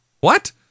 What